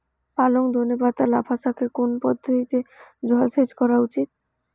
পালং ধনে পাতা লাফা শাকে কোন পদ্ধতিতে জল সেচ করা উচিৎ?